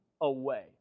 away